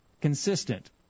consistent